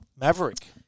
Maverick